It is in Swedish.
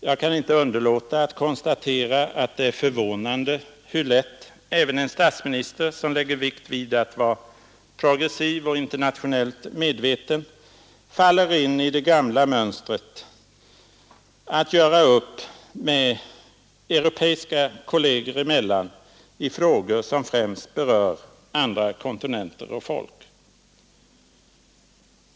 Jag kan inte underlåta att konstatera att det är förvånande hur lätt även en statsminister, som lägger vikt vid att vara progressiv och internationellt medveten, faller in i det gamla mönstret att göra upp europeiska kolleger emellan i frågor som främst berör andra kontinenter och folk.